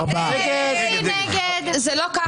מי נמנע?